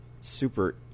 super